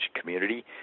community